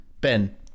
Ben